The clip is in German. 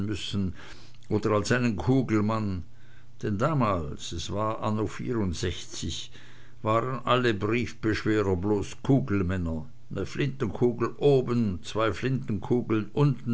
oder als einen kugelmann denn damals es war anno vierundsechzig waren alle briefbeschwerer bloß kugelmänner ne flintenkugel oben und zwei flintenkugeln unten